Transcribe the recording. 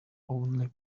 only